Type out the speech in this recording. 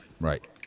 right